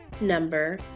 number